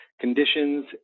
conditions